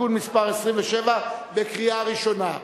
(תיקון מס' 27), קריאה ראשונה.